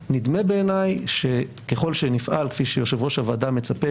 נדמה בעיני שככל שנפעל כפי שיושב-ראש הוועדה מצפה,